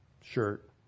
shirt